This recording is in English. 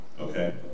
Okay